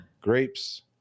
grapes